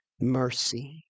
mercy